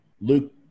Luke